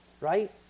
right